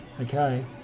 Okay